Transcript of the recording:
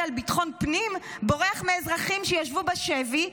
לביטחון הפנים בורח מאזרחים שישבו בשבי,